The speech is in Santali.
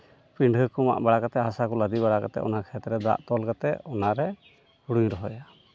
ᱯᱤᱰᱷᱟᱹ ᱠᱚ ᱢᱟᱜ ᱵᱟᱲᱟ ᱠᱟᱛᱮᱫ ᱦᱟᱥᱟ ᱠᱚ ᱞᱟᱫᱮ ᱵᱟᱲᱟ ᱠᱟᱛᱮᱫ ᱚᱱᱟ ᱠᱷᱮᱛ ᱨᱮ ᱫᱟᱜ ᱛᱚᱞ ᱠᱟᱛᱮᱫ ᱚᱱᱟᱨᱮ ᱦᱩᱲᱩᱧ ᱨᱚᱦᱚᱭᱟ